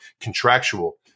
contractual